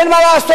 אין מה לעשות,